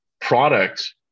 product